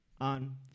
On